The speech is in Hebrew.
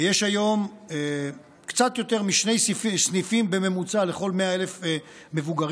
ויש היום קצת יותר משני סניפים בממוצע לכל 100,000 מבוגרים,